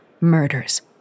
murders